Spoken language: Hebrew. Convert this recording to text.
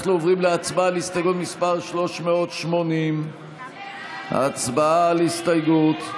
אנחנו עוברים להצבעה על הסתייגות מס' 380. הצבעה על הסתייגות.